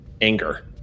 anger